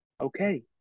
Okay